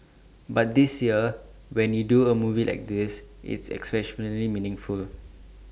but this year when you do A movie like this it's exceptionally meaningful